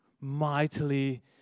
mightily